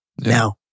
now